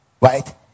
right